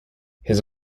his